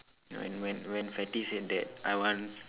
when when when fatty said that I want